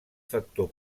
factor